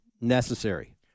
necessary